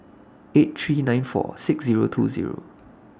eight three nine four six Zero two Zero